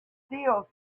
still